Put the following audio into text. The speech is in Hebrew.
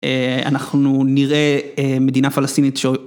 אנחנו נראה מדינה פלסטינית.